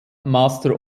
master